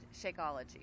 Shakeology